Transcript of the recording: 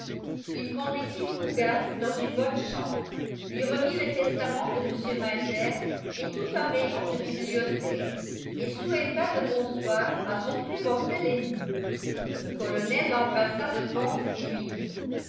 il conduisit fougas dans une bonne chambre lui remit le testament de mr meiser et tout un rayon de bibliothèque et souhaita le bonsoir à son plus mortel ennemi le colonel l'embrassa de force et lui dit